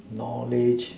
knowledge